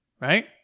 right